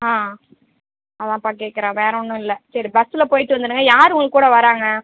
ஆ அதுதான்பா கேட்குறேன் வேறு ஒன்றும் இல்லை சரி பஸ்ஸில் போய்ட்டு வந்துவிடுங்க யார் உங்கள் கூட வராங்க